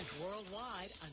worldwide